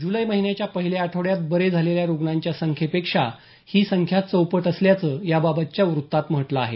जुलै महिन्याच्या पहिल्या आठवड्यात बरे झालेल्या रुग्णांच्या संख्येपेक्षा ही संख्या चौपट असल्याचं याबाबतच्या वृत्तात म्हटलं आहे